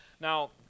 Now